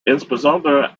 insbesondere